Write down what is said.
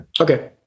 Okay